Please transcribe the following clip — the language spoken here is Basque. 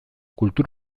kultur